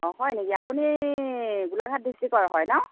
অঁ হয় নেকি আপুনি গোলাঘাট ড্ৰিষ্টিকৰ হয় ন'